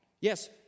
Yes